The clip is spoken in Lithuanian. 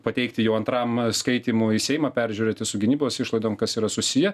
pateikti jau antram skaitymu į seimą peržiūrėti su gynybos išlaidom kas yra susiję